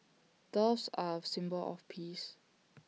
doves are A symbol of peace